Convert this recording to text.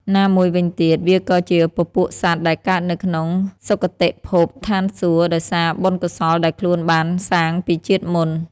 ណាមួយវិញទៀតវាក៏ជាពពួកសត្វដែលកើតនៅក្នុងសុគតិភព (ឋានសួគ៌) ដោយសារបុណ្យកុសលដែលខ្លួនបានសាងពីជាតិមុន។